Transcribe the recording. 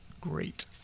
great